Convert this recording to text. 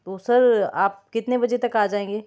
तो सर आप कितने बजे तक आ जाएंगे